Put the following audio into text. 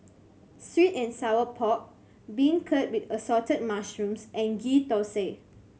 sweet and sour pork beancurd with Assorted Mushrooms and Ghee Thosai